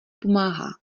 pomáhá